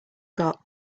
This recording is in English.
got